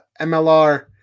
MLR